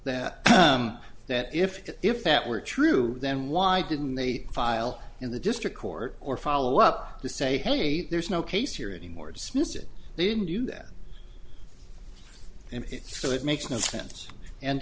that that if if that were true then why didn't they file in the district court or follow up to say hey there's no case here anymore dismiss it they didn't do that and so it makes no sense and